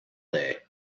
day